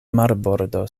marbordo